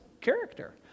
character